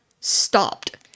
stopped